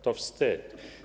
To wstyd.